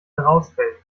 herausfällt